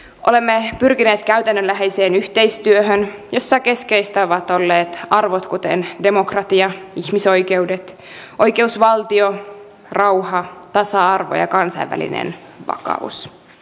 olemme pyrkineet käytännönläheiseen yhteistyöhön jossa keskeistä ovat olleet arvot kuten demokratia ihmisoikeudet oikeusvaltio rauha tasa arvo ja kansainvälinen vakaus